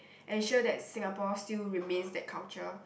ensure that Singapore still remains that culture